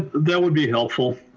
that would be helpful.